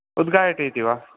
उद्घाटयति वा